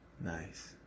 Nice